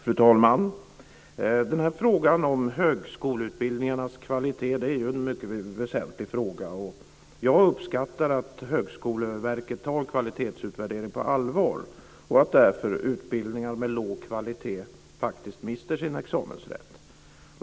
Fru talman! Högskoleutbildningarnas kvalitet är en mycket väsentlig fråga. Jag uppskattar att Högskoleverket tar kvalitetsutvärdering på allvar och att utbildningar med låg kvalitet därför faktiskt mister sin examensrätt.